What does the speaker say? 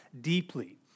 deeply